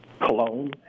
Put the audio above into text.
cologne